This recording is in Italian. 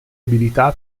abilità